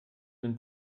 den